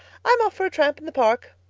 i'm off for a tramp in the park,